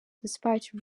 despite